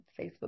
Facebook